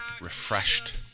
refreshed